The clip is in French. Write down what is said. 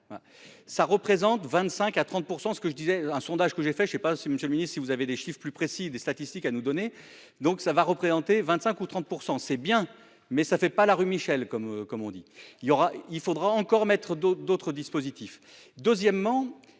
Ça représente 25 à 30%. Ce que je disais un sondage que j'ai fait je ne sais pas, c'est une féministe. Si vous avez des chiffres plus précis des statistiques à nous donner. Donc ça va représenter 25 ou 30% c'est bien mais ça ne fait pas la rue Michel comme comme on dit, il y aura, il faudra encore mettre d'autres d'autres dispositifs. Deuxièmement.